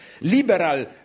liberal